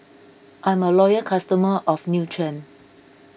I'm a loyal customer of Nutren